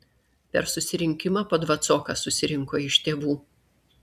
per susirinkimą po dvacoką susirinko iš tėvų